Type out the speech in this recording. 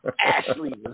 Ashley